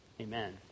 Amen